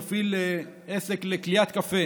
מפעיל עסק לקליית קפה